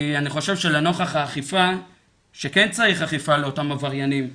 כי אני חושב שלנוכח האכיפה שכן צריך אכיפה לאותם עבריינים,